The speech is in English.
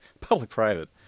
public-private